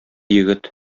егет